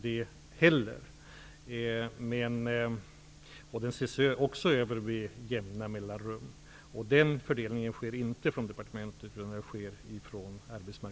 Den ses också över med jämna mellanrum. Den fördelningen sker inte från departementet, utan det är